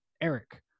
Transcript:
Eric